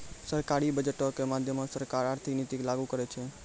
सरकारी बजटो के माध्यमो से सरकार आर्थिक नीति के लागू करै छै